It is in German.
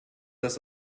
das